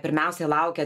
pirmiausiai laukia